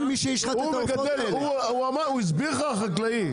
הוא הסביר לך, החקלאי.